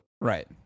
Right